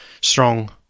strong